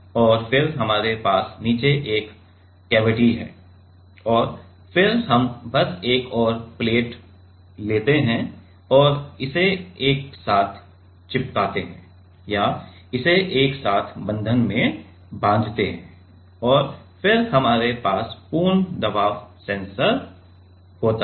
और फिर हमारे पास नीचे एक कैविटी है और फिर हम बस एक और प्लेट लेते हैं और इसे एक साथ चिपकाते हैं या इसे एक साथ बंधन से बांधते हैं और फिर हमारे पास पूर्ण दबाव सेंसर होता है